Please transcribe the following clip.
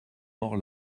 mort